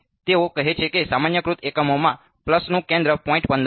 તેથી તેઓ કહે છે કે સામાન્યકૃત એકમોમાં પલ્સનું કેન્દ્ર 0